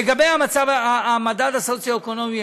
לגבי המדד הסוציו-אקונומי,